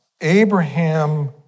Abraham